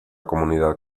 comunidad